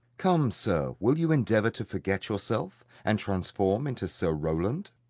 come, sir, will you endeavour to forget yourself and transform into sir rowland?